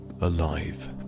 alive